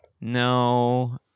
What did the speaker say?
No